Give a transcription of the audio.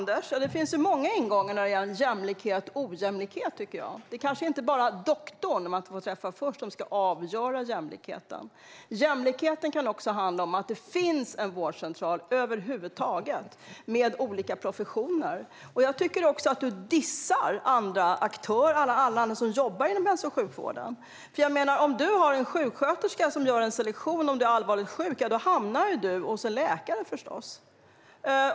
Herr talman! Det finns många ingångar, Anders, när det gäller jämlikhet och ojämlikhet. Det kanske inte bara är om man får träffa doktorn först som ska avgöra jämlikheten. Jämlikheten kan också handla om att det över huvud taget finns en vårdcentral, med olika professioner. Jag tycker att du dissar alla andra som jobbar inom hälso och sjukvården. Om du har en sjuksköterska som gör en selektion och anser att du är allvarligt sjuk hamnar du förstås hos en läkare.